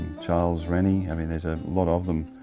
charles rennie, i mean there's a lot of them,